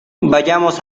vayamos